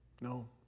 No